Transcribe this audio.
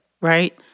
right